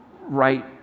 right